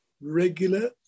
regular